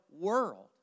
world